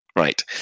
Right